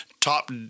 Top